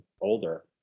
older